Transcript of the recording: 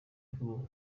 mvubu